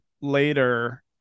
later